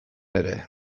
ere